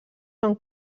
són